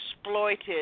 exploited